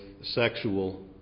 sexual